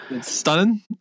Stunning